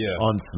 on